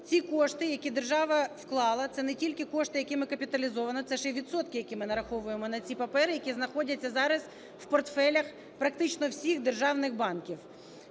ці кошти, які держава вклала, це не тільки кошти, які ми капіталізовували, це ще й відсотки, які ми нараховуємо на ці папери, які знаходяться зараз у портфелях практично всіх державних банків.